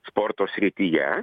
sporto srityje